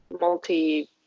multi